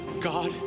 god